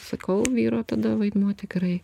sakau vyro tada vaidmuo tikrai